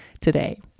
today